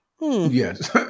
Yes